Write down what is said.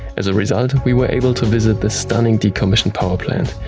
as a result, we were able to visit this stunning decommissioned power plant,